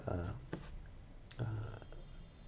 uh uh